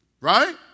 Right